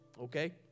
okay